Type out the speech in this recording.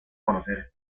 conocer